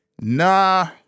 Nah